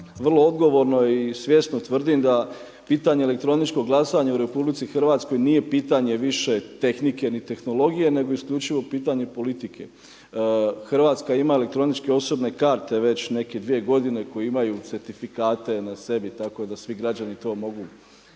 vrlo odgovorno i svjesno tvrdim da pitanje elektroničkog glasanja u RH nije pitanje više tehnike ni tehnologije nego isključivo pitanje politike. Hrvatska ima elektroničke osobne karte već neke 2 godine koje imaju certifikate na sebi i tako da svi građani to mogu